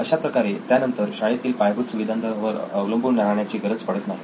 अशाप्रकारे त्यानंतर शाळेतील पायाभूत सुविधांवर अवलंबून राहण्याची गरज उरत नाही